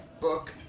book